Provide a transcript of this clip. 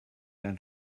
than